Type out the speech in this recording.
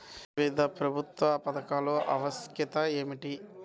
వివిధ ప్రభుత్వా పథకాల ఆవశ్యకత ఏమిటి?